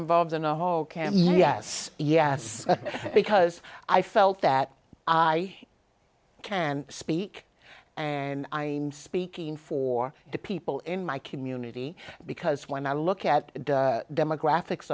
involved in a whole camp yes yes because i felt that i can speak and i'm speaking for the people in my community because when i look at the demographics